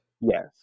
Yes